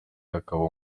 akaba